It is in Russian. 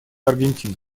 аргентина